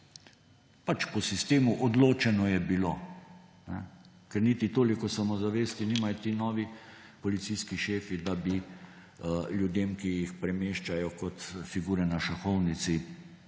pač po sistemu »odločeno je bilo,« ker niti toliko samozavesti nimajo ti novi policijski šefi, da bi ljudem, ki jih premeščajo kot figure na šahovnici,